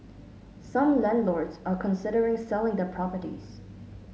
some landlords are considering selling their properties